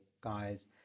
guys